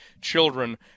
Children